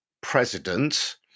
president